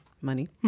money